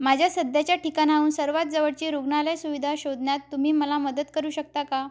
माझ्या सध्याच्या ठिकाणाहून सर्वात जवळची रुग्णालय सुविधा शोधण्यात तुम्ही मला मदत करू शकता का